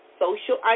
social